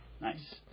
Nice